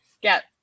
get